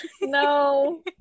No